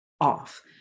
off